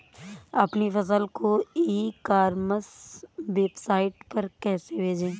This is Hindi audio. अपनी फसल को ई कॉमर्स वेबसाइट पर कैसे बेचें?